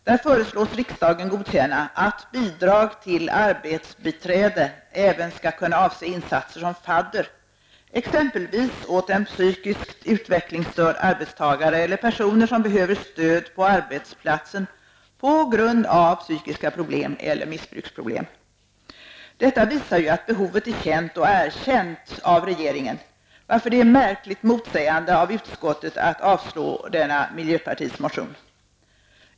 Där föreslås riksdagen godkänna ''att bidrag till arbetsbiträde även skall kunna avse insatser som 'fadder', exempelvis åt en psykiskt utvecklingsstörd arbetstagare eller personer som behöver stöd på arbetsplatsen på grund av psykiska problem eller missbruksproblem''. Detta visar att behovet är känt och erkänt av regeringen, varför det är märkligt motsägande av utskottet att avstyrka denna miljöpartiets motion.